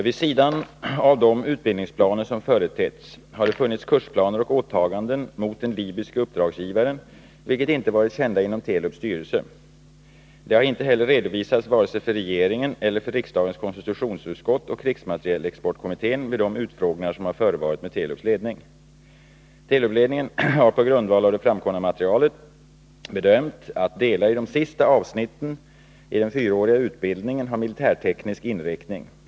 Vid sidan av de utbildningsplaner som företetts har det funnits kursplaner och åtaganden mot den libyske uppdragsgivaren vilka inte varit kända inom Telubs styrelse. De har inte heller redovisats vare sig för regeringen eller för riksdagens konstitutionsutskott och krigsmaterielexportkommittén vid de utfrågningar som har förevarit med Telubs ledning. Telubledningen har på grundval av det framkomna materialet bedömt att delar i de sista avsnitten i den fyraåriga utbildningen har militärteknisk inriktning.